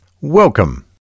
welcome